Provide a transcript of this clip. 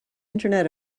internet